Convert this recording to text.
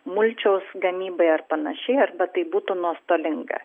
mulčiaus gamybai ar panašiai arba tai būtų nuostolinga